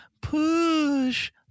push